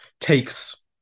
takes